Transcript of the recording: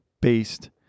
based